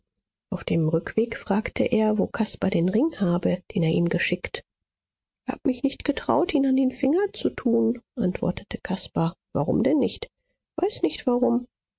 auf dem rückweg fragte er wo caspar den ring habe den er ihm geschickt hab mich nicht getraut ihn an den finger zu tun antwortete caspar warum denn nicht weiß nicht warum